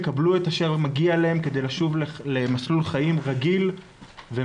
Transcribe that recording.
יקבלו את אשר מגיע להם כדי לשוב למסלול חיים רגיל ומלא.